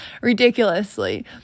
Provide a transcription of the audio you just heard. ridiculously